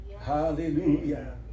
Hallelujah